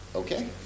okay